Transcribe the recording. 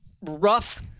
rough